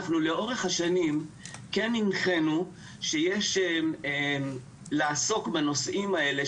אנחנו לאורך השנים הנחינו שיש לעסוק בנושאים האלה,